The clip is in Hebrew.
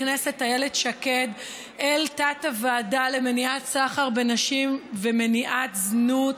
הכנסת איילת שקד אל תת-הוועדה למניעת סחר בנשים ומניעת זנות